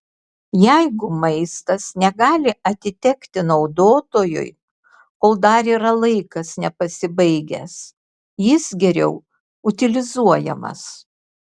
jeigu maistas negali atitekti naudotojui kol dar yra laikas nepasibaigęs jis geriau utilizuojamas